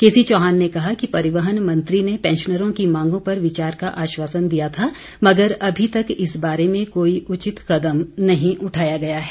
केसीचौहान ने कहा कि परिवहन मंत्री ने पैंशनरों की मांगों पर विचार का आश्वासन दिया था मगर अभी तक इस बारे में कोई उचित कदम नहीं उठाया गया है